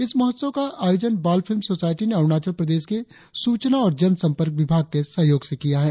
इस महोत्सव का आयोजन बाल फिल्म सोसायटी ने अरुणाचल प्रदेश के सूचना और जन संपर्क विभाग के सहयोग से किया है